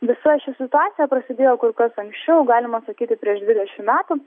visa ši situacija prasidėjo kur kas anksčiau galima sakyti prieš dvidešimt metų